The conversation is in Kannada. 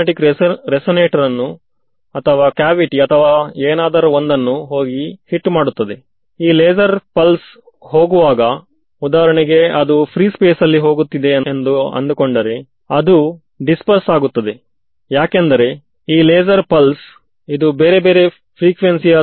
ಮತ್ತೊಂದೆಡೆಸೊರ್ಸ್ಸಸ್ ಹಾಗು ಅದನ್ನು ಪ್ರಪಗೆಟ್ ಮಾಡಿದಾಗ ಎಲ್ಲಾ ಕಡೆ ಫೀಲ್ಡ್ ಅನ್ನು ಕಂಡುಹಿಡಿಯಬಹುದು ಹಾಗಾದರೆ ಈ ತತ್ವವನ್ನು ಹೇಗೆ ಜಾರಿಗೆ ತರಬಹುದು